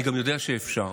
אני גם יודע שאפשר,